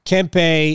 Kempe